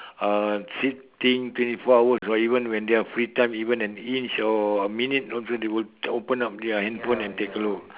uh sitting twenty four hours or even when their free time even an inch or minute also they will open up their handphone and take a look